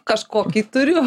kažkokį turiu